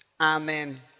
Amen